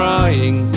Crying